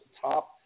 top